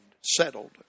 settled